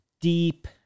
deep